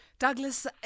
Douglas